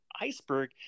iceberg